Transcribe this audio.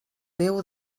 déu